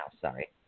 Sorry